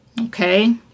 Okay